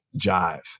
jive